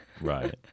Right